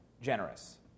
generous